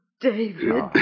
David